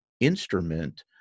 instrument